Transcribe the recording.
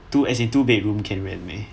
two as in two bed room can rent meh